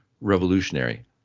revolutionary